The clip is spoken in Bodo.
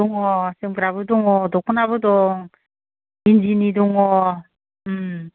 दङ जोमग्राबो दङ दख'नाबो दं इन्दिनि दङ